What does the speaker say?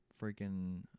freaking